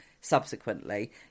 subsequently